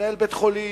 ומנהל בית-חולים,